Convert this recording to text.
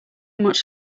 much